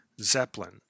zeppelin